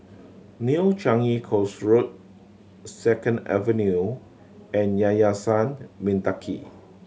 New Changi Coast Road Second Avenue and Yayasan Mendaki